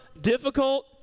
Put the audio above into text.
difficult